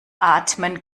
atmen